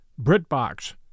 BritBox